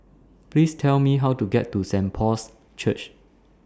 Please Tell Me How to get to Saint Paul's Church